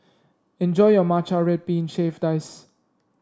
enjoy your Matcha Red Bean Shaved Ice